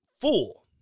fool